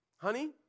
Honey